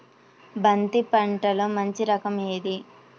బంతి పంటలో మంచి రకం ఏది?